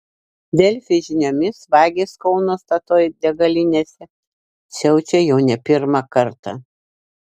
delfi žiniomis vagys kauno statoil degalinėse siaučia jau ne pirmą kartą